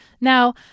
Now